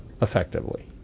Effectively